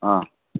ହଁ